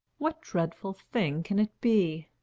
what dreadful thing can it be?